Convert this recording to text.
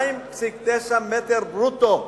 2.9 מ"ר ברוטו,